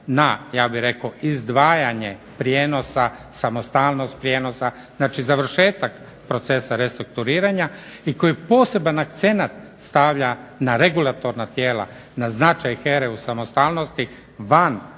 daje na izdvajanje prijenosa samostalnost prijenosa, znači završetak procesa restrukturiranja i koji poseban akcenat stavlja na regulatorna tijela, na značaj HERA-e u samostalnosti van Vlade onda